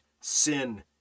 sin